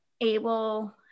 able